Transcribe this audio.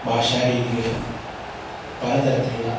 ഭാഷ രീതികളിൽ പല തരത്തിലുള്ള